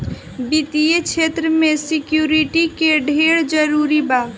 वित्तीय क्षेत्र में सिक्योरिटी के ढेरे जरूरी बा